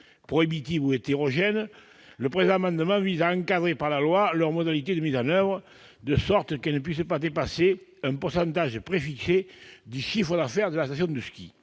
prohibitive ou hétérogène, le présent amendement vise à encadrer par la loi leurs modalités de mise en oeuvre, de sorte qu'elles ne puissent dépasser un pourcentage préfixé du chiffre d'affaires de la station de ski.